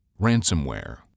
Ransomware